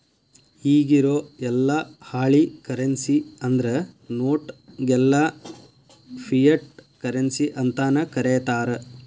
ಇಗಿರೊ ಯೆಲ್ಲಾ ಹಾಳಿ ಕರೆನ್ಸಿ ಅಂದ್ರ ನೋಟ್ ಗೆಲ್ಲಾ ಫಿಯಟ್ ಕರೆನ್ಸಿ ಅಂತನ ಕರೇತಾರ